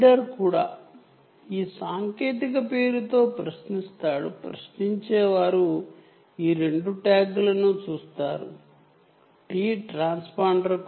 reader సాంకేతిక పేరు interrogator